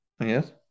Yes